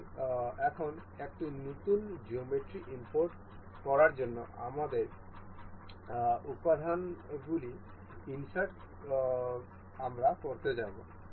সুতরাং এখন একটি নতুন জিওমেট্রি ইমপোর্ট করার জন্য আমরা উপাদানগুলি ইন্সার্ট করতে যাব